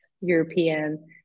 european